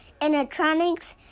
Animatronics